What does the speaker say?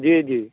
जी जी